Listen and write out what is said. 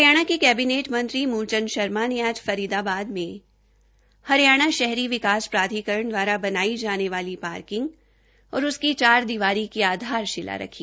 हरियाणा के कैबिनेट मंत्री मुलचंद शर्मा ने आज फरीदाबाद में हरियाणा शहरी विकास प्राधिकरण द्वारा बनाई जाने वाली पार्किंग और इसकी चारदीवारी की आधारषिला रखी